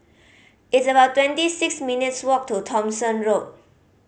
it's about twenty six minutes' walk to Thomson Road